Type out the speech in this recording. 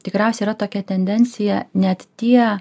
tikriausiai yra tokia tendencija net tie